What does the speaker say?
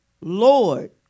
Lord